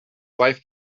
wife